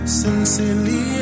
sincerely